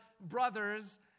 brothers